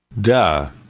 Duh